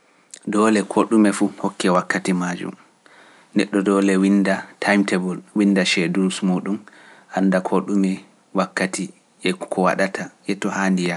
Neɗɗo yaara kaara wiyaka yimɓe kaanduɓe, yaa ɗaari poot yaa wiyaka yimɓe kaanduɗe kaanduɓe. Nde mbo doga waɗanki oɗɗon on gaɗa ɗo buuleeni muɗum doga waɗankimo kala goɗɗo laifi fuu, to yiimo to ɓado mo to yeytano mo koko wanni ɗum e maa.